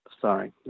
Sorry